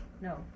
No